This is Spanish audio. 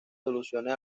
soluciones